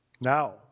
Now